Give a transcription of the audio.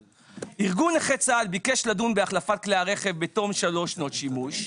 "ארגון נכי צה"ל ביקש לדון בהחלפת כלי הרכב בתום שלוש שנות שימוש.